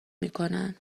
میکنن